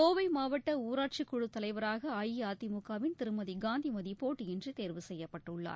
கோவை மாவட்ட ஊராட்சிக் குழு தலைவராக அஇஅதிமுக வின் திருமதி காந்திமதி போட்டியின்றி தேர்வு செய்யப்பட்டுள்ளார்